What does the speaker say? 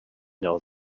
know